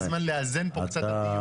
הגיע הזמן לאזן פה קצת את הדיון.